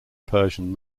persian